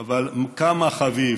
אבל כמה חביב,